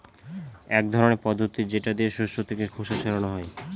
এক ধরনের পদ্ধতি যেটা দিয়ে শস্য থেকে খোসা ছাড়ানো হয়